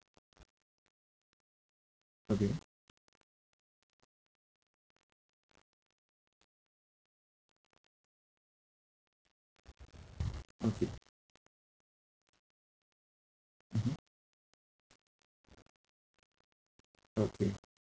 okay okay mmhmm okay